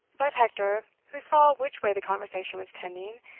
but hector, who saw which way the conversation was tending,